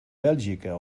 bèlgica